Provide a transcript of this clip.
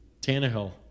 Tannehill